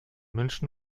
münchen